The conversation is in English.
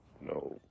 no